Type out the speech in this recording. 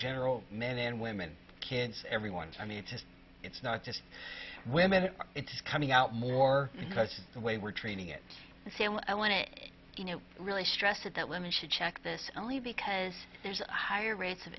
general men and women kids everyone's i mean it's just it's not just women it's coming out more because of the way we're treating it i want to you know really stress it that women should check this only because there's higher rates of